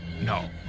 No